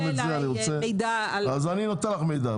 פחות הגיע אלי מידע על --- אז אני נותן לך מידע.